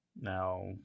Now